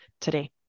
today